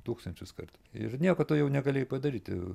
tūkstančius kartų ir nieko tu jau negalėjai padaryti